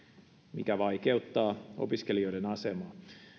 mikä vaikeuttaa opiskelijoiden asemaa